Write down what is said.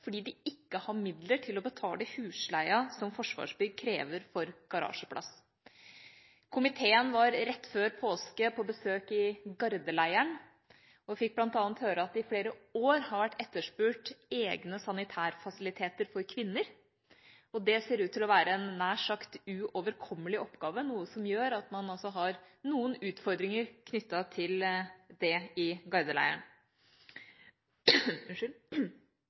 fordi de ikke har midler til å betale husleien som Forsvarsbygg krever for garasjeplass. Komiteen var rett før påske på besøk i Gardeleiren og fikk bl.a. høre at det i flere år har vært etterspurt egne sanitærfasiliteter for kvinner. Det ser ut til å være en nær sagt uoverkommelig oppgave, noe som gjør at man altså har noen utfordringer knyttet til det i